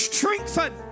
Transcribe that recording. Strengthen